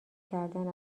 کردن